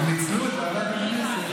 הם ניצלו את ועדת הכנסת בלי הסכמות.